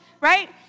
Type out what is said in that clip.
right